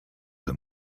them